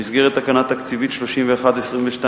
במסגרת תקנה תקציבית 31-22-03,